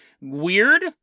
weird